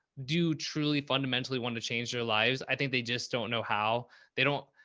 do truly fundamentally want to change their lives. i think they just don't know how they don't.